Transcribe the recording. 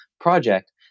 project